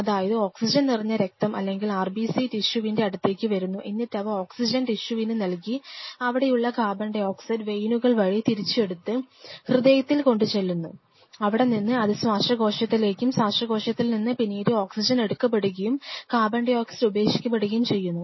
അതായത് ഓക്സിജൻ നിറഞ്ഞ രക്തം അല്ലെങ്കിൽ RBC ടിഷ്യുവിൻറെ അടുത്തേക്ക് വരുന്നു എന്നിട്ടവ ഓക്സിജൻ ടിഷ്യുവിനു നൽകി അവിടെയുള്ള CO2 വെയിനുകൾ വഴി തിരിച്ച് എടുത്തു ഹൃദയത്തിൽ കൊണ്ടു ചെല്ലുന്നു അവിടെനിന്ന് അത് ശ്വാസകോശത്തിലേക്കും ശ്വാസകോശത്തിൽ നിന്ന് പിന്നീട് വീണ്ടും ഓക്സിജൻ എടുക്കപ്പെടുകയും CO2 ഉപേക്ഷിക്കപ്പെടുകയും ചെയ്യുന്നു